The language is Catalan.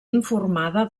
informada